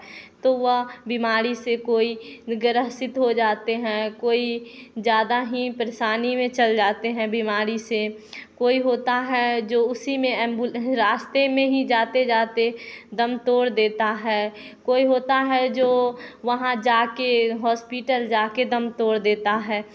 तो वह बीमारी से कोई ग्रसित हो जाते हैं कोई ज़्यादा ही परेशानी में चल जाते हैं बीमारी से कोई होता है जो उसी में एंबु रास्ते में ही जाते जाते दम तोड़ देता है कोई होता है जो वहाँ जाके हॉस्पिटल जाकर दम तोड़ देता है